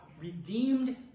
redeemed